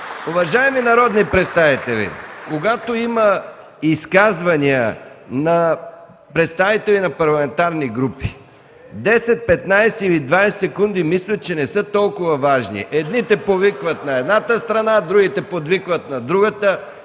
Уважаеми народни представители, когато има изказвания на представители на парламентарните групи, 10, 15 или 20 секунди мисля, че не са толкова важни. Едните подвикват на едната страна, другите – на другата.